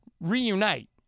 reunite